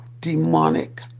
demonic